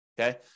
okay